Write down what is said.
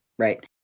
Right